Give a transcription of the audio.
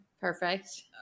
Perfect